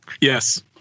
Yes